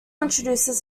introduces